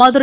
Madurai